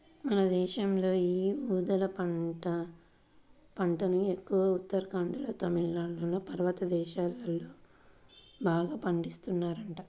మన దేశంలో యీ ఊదల పంటను ఎక్కువగా ఉత్తరాఖండ్లోనూ, తమిళనాడులోని పర్వత ప్రాంతాల్లో బాగా పండిత్తన్నారంట